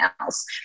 else